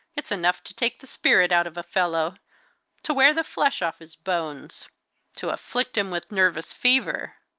it's enough to take the spirit out of a fellow to wear the flesh off his bones to afflict him with nervous fever.